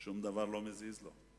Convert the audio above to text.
שום דבר לא מזיז לו.